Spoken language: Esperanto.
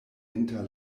inter